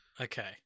Okay